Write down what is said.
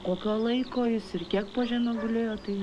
kokio laiko jis ir kiek po žeme gulėjo tai